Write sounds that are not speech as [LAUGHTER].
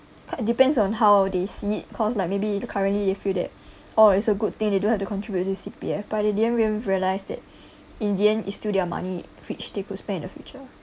but depends on how they see it because like maybe the currently they feel that oh it's a good thing they don't have to contribute to C_P_F but in the end they've realise that [BREATH] in the end it's still their money which they could spend in the future